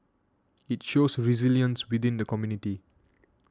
it shows resilience within the community